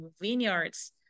vineyards